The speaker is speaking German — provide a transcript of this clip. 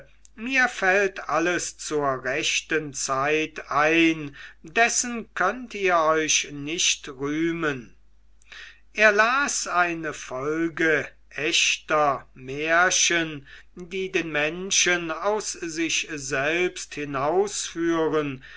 mir fällt alles zur rechten zeit ein dessen könnt ihr euch nicht rühmen er las eine folge echter märchen die den menschen aus sich selbst